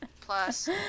plus